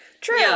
True